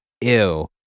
ew